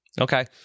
Okay